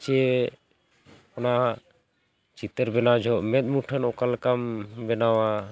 ᱥᱮ ᱚᱱᱟ ᱪᱤᱛᱟᱹᱨ ᱵᱮᱱᱟᱣ ᱡᱚᱠᱷᱚᱱ ᱢᱮᱫ ᱢᱩᱴᱷᱟᱹᱱ ᱚᱠᱟ ᱞᱮᱠᱟᱢ ᱵᱮᱱᱟᱣᱟ